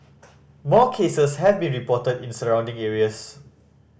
more cases have been reported in surrounding areas